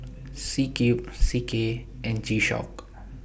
C Cube C K and G Shock